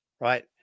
right